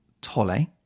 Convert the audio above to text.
Tolle